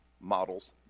models